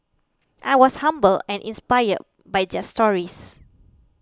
I was humbled and inspired by stories